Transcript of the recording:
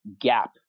gap